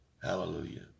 Hallelujah